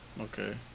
Okay